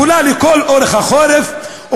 חולה לכל אורך החורף,